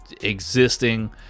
existing